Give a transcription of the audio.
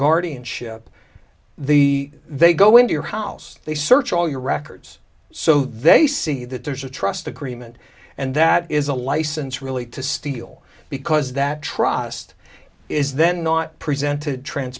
guardianship the they go into your house they search all your records so they see that there's a trust agreement and that is a license really to steal because that trust is then not presented tran